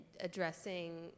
addressing